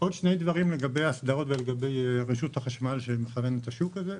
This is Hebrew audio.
עוד שני דברים לגבי הסדרות ולגבי רשות החשמל שמכוונת את השוק הזה.